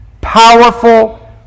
powerful